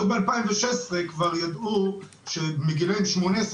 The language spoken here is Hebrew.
אז עוד ב-2016 כבר ידעו שבגילאים 65-18,